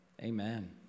Amen